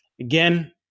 Again